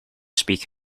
speak